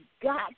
got